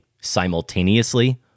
simultaneously